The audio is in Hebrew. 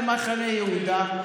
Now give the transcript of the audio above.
למחנה יהודה,